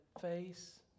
face